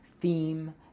theme